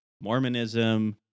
Mormonism